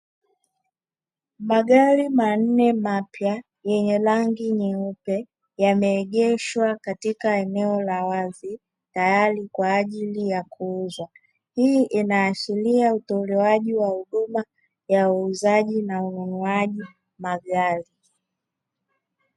Magari manne mapya yenye rangi nyeupe, yameegeshwa katika eneo la wazi tayari kwa ajili ya kuuzwa. Hii inaashiria utolewaji wa huduma ya uuzaji na ununuaji magari.